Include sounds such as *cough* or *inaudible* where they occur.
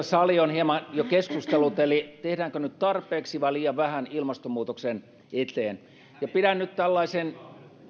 *unintelligible* sali on hieman jo keskustellut eli tehdäänkö nyt tarpeeksi vai liian vähän ilmastonmuutoksen eteen pidän nyt tällaisen